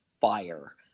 fire